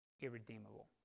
irredeemable